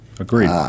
Agreed